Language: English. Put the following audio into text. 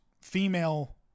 female